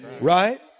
right